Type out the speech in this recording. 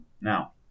Now